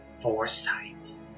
foresight